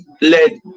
led